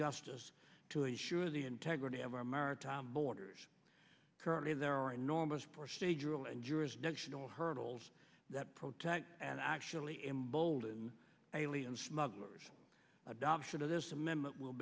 justice to ensure the integrity of our maritime borders currently there are enormous procedural and jurisdictional hurdles that protect and actually embolden alien smugglers adoption of this amendment will